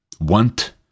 want